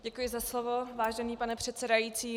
Děkuji za slovo, vážený pane předsedající.